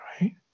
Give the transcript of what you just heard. Right